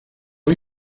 hay